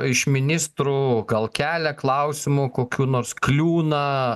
iš ministrų gal kelia klausimų kokių nors kliūna